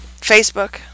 Facebook